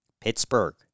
Pittsburgh